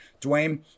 Dwayne